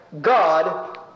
God